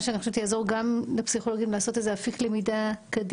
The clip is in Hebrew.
מה שאני חושבת שגם יעזור לפסיכולוגים לעשות איזה אפיק למידה קדימה,